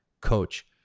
coach